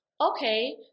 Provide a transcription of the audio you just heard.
okay